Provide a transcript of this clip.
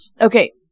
Okay